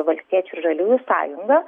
valstiečių ir žaliųjų sąjunga